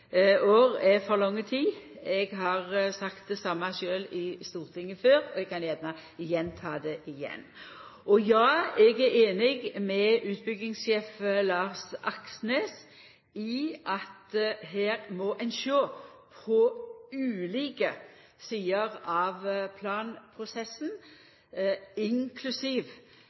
år er for lang tid. Eg har sjølv sagt det same i Stortinget før, og eg kan gjerne gjenta det. Ja, eg er einig med utbyggingssjef Lars Aksnes i at her må ein sjå på ulike sider av planprosessen, inklusiv